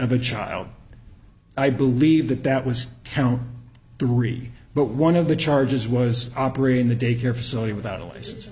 of a child i believe that that was count three but one of the charges was operating the daycare facility without a license